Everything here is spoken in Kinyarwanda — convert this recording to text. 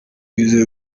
yizeye